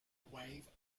wave